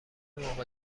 موقع